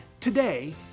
Today